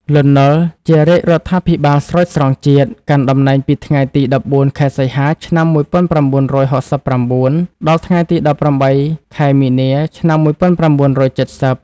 លន់ នល់ ជារាជរដ្ឋាភិបាលស្រោចស្រង់ជាតិ កាន់តំណែងពីថ្ងៃទី១៤ ខែសីហា ឆ្នាំ១៩៦៩ ដល់ថ្ងៃទី ១៨ ខែមីនា ឆ្នាំ១៩៧០។